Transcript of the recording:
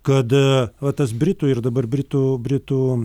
kad va tas britų ir dabar britų britų